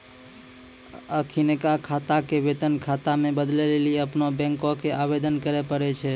अखिनका खाता के वेतन खाता मे बदलै लेली अपनो बैंको के आवेदन करे पड़ै छै